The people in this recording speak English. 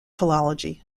philology